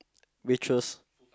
waitress